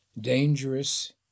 Dangerous